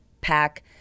pack